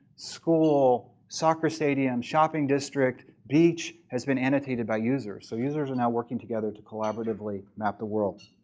school, soccer stadium, shopping district, beach has been annotated by users. so users are now working together to collaboratively map the world.